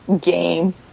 game